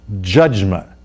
judgment